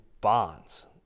bonds